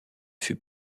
fut